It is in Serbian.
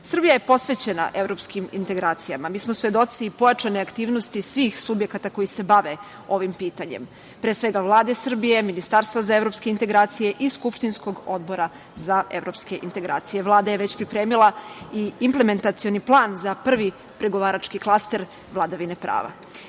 Uniji. Srbija je posvećena evropskim integracijama. Mi smo svedoci pojačane aktivnosti svih subjekata koji se bave ovim pitanjem, pre svega Vlade Srbije, Ministarstva za evropske integracije i skupštinskog Odbora za evropske integracije. Vlada je već pripremila i implementacioni plan za prvi pregovarački klaster vladavine prava. Srbija